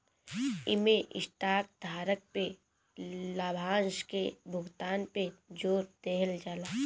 इमें स्टॉक धारक के लाभांश के भुगतान पे जोर देहल जाला